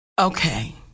Okay